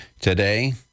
Today